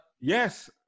yes